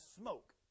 smoke